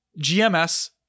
GMS